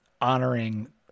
honoring